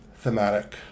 thematic